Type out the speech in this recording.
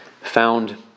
found